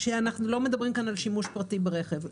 שאנחנו לא מדברים כאן על שימוש פרטי ברכב.